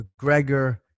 McGregor